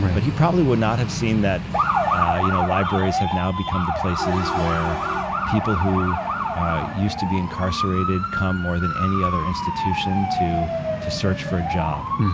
but he probably would not have seen that ah you know libraries have now become the places where people who used to be incarcerated come more than any other institution to to search for a job,